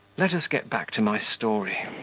let us get back to my story.